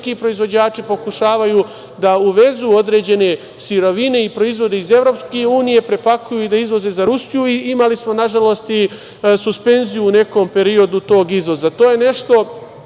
neki proizvođači pokušavaju da uvezu određene sirovine i proizvode iz EU, prepakuju i izvoze za Rusiju. Imali smo, nažalost, i suspenziju u nekom periodu tog izvoza.